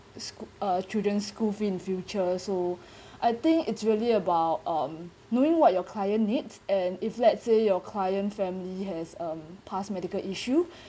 uh children school fee in future so I think it's really about um knowing what your client needs and if let's say your client family has a past medical issue